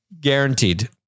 Guaranteed